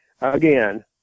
again